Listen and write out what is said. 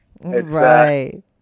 Right